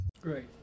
Great